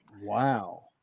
wow